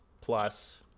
plus